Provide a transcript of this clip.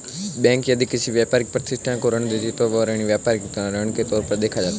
bank यदि किसी व्यापारिक प्रतिष्ठान को ऋण देती है तो वह ऋण व्यापारिक ऋण के तौर पर देखा जाता है